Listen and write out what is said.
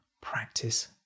practice